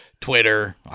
Twitter